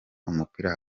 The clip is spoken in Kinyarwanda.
umupira